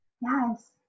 Yes